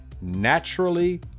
naturally